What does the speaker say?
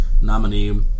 nominee